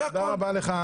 זה הכול.